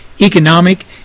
economic